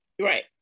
Right